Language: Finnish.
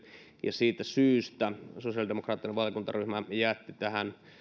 ja siitä syystä sosiaalidemokraattinen valiokuntaryhmä jätti tähän